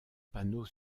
panneau